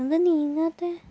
ഇതെന്താണ് നീങ്ങാത്തത്